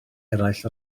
eraill